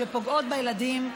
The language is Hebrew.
שפוגעות בילדים,